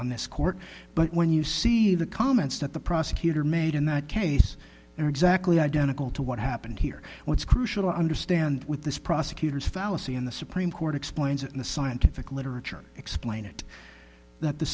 on this court but when you see the comments that the prosecutor made in that case and exactly identical to what happened here what's crucial i understand with this prosecutor's fallacy in the supreme court explains it in the scientific literature explain it that the